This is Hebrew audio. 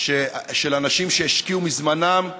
של אנשים שהשקיעו מזמנם,